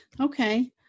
okay